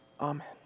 Amen